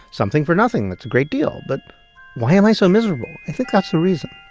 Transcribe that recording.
something for nothing that's a great deal, but why am i so miserable? i think that's the reason